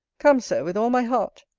come, sir, with all my heart,